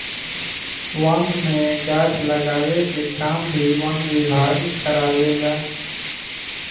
वन में गाछ लगावे के काम भी वन विभाग कारवावे ला